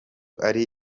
ari